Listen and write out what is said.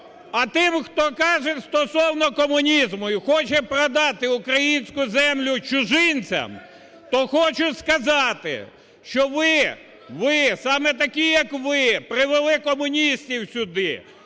А тим, хто каже стосовно комунізму і хоче продати українську землю чужинцям, то хочу сказати, що ви, ви, саме такі як ви, привели комуністів сюди.